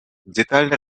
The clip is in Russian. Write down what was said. детально